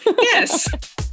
yes